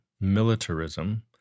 militarism